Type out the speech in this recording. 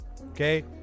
okay